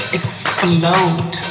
explode